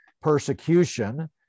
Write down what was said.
persecution